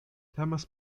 temas